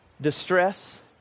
distress